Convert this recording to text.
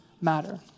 matter